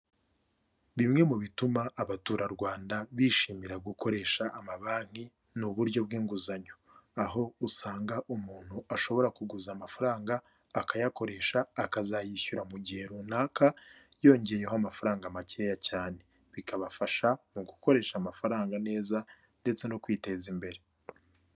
Bimwe mu bituma abatura Rwanda bishimira gukoresha ama banki ni uburyo bw'inguzanyo, aho usanga umuntu ashobora kuguza amafaranga akayakoresha akazayishyura mu gihe runaka yongeyeho amafaranga makeya cyane, bikabafasha mu gukoresha amafaranga neza ndetse no kwiteza imbere.